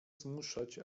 zmuszać